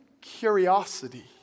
curiosity